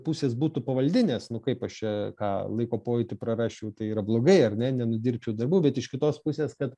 pusės būtų pavadi nes nu kaip aš čia ką laiko pojūtį prarasčiau tai yra blogai ar ne nenudirbčiau darbų bet iš kitos pusės kad